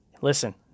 listen